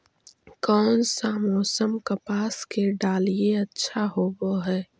कोन सा मोसम कपास के डालीय अच्छा होबहय?